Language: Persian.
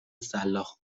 سلاخ